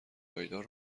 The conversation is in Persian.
پایدار